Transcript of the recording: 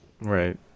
Right